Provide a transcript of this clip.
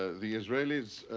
ah the israelis.